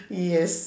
yes